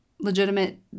legitimate